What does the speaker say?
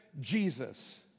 Jesus